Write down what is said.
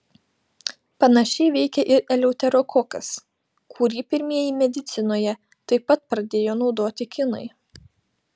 panašiai veikia ir eleuterokokas kurį pirmieji medicinoje taip pat pradėjo naudoti kinai